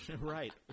Right